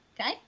okay